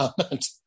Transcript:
comment